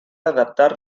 adaptar